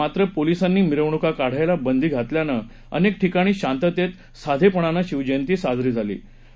मात्र पोलिसांनी मिरवणूका काढायला बंदी घातल्यानं अनेक ठिकाणी शांततेत साधेपणानं शिवजयंती साजरी केली जात आहे